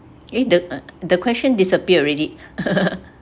eh the uh the question disappear already